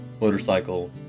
motorcycle